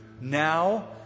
now